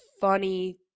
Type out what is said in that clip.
funny